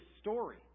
story